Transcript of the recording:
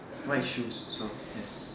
white shoes so yes